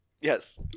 Yes